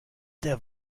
der